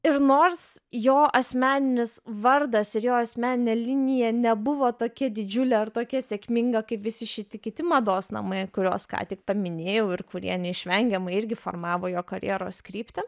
ir nors jo asmeninis vardas ir jo asmeninė linija nebuvo tokia didžiulė ar tokia sėkminga kaip visi šiti kiti mados namai kuriuos ką tik paminėjau ir kurie neišvengiamai irgi formavo jo karjeros kryptį